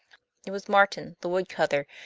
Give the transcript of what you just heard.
it was martin, the woodcutter,